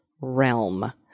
realm